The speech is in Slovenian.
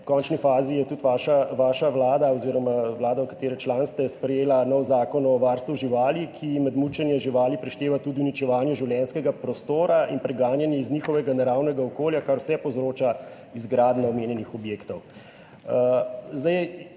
V končni fazi je tudi vaša vlada oziroma vlada, katere član ste, sprejela nov zakon o varstvu živali, ki med mučenje živali prišteva tudi uničevanje življenjskega prostora in preganjanje iz njihovega naravnega okolja, kar vse povzroča izgradnja omenjenih objektov.